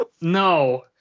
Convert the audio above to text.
No